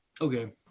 Okay